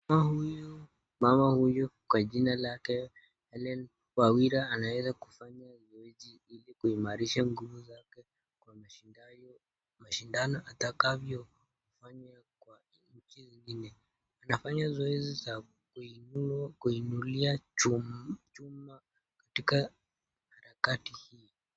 Mama huyu kwa jina lake, Helen Wawira ana weza kufanya zoezi ili kuimarisha nguvu zake kwa mashindano ata kavyo fanya kwa nchi ingine, anafanya zoezi za kuinulia chuma katika harakati hii.